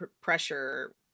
pressure